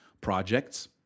projects